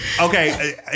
Okay